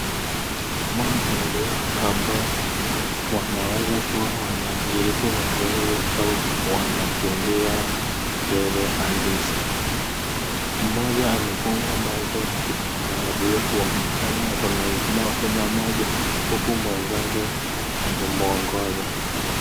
Hawa ni wanariadha ambao wanaweza kuwa wanashiriki mazoezi au wanakimbia mchezo halisi. Mmoja amefungwa macho na kitambaa ya blue kuonekana ana ulemavu na macho huku mwenzake akimuongoza.